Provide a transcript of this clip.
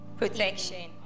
protection